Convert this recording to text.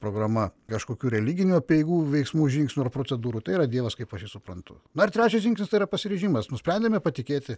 programa kažkokių religinių apeigų veiksmų žingsnių ar procedūrų tai yra dievas kaip aš jįsuprantu na ir trečias žingsnis tai yra pasiryžimas nusprendėme patikėti